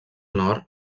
nord